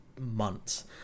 months